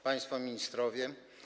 Państwo Ministrowie!